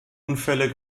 unfälle